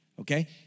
okay